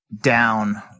down